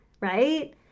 Right